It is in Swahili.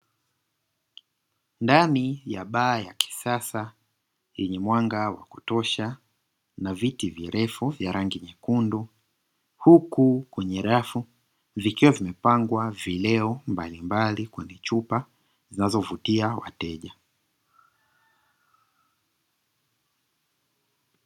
Ndani ya baa ya kisasa yenye mwanga wa kutosha na viti virefu vya rangi nyekundu huku kwenye rafu vikiwa vimepangwa vileo mbalimbali kwenye chupa zinazovutia wateja.